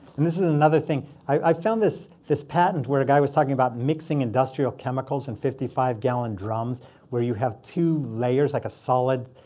and this is another thing. i found this this patent where a guy was talking about mixing industrial chemicals in fifty five gallon drums where you have two layers, like a solid,